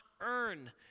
earn